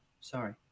Sorry